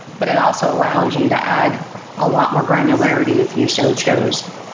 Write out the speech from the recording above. but it also allows you to add a lot more granularity if you so choose.